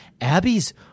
Abby's